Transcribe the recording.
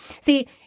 See